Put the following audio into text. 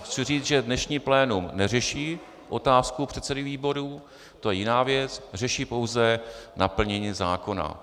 Chci říci, že dnešní plénum neřeší otázku předsedů výborů, to je jiná věc, řeší pouze naplnění zákona.